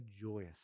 joyous